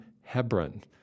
Hebron